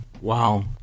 Wow